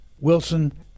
Wilson